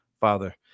Father